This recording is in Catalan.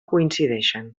coincideixen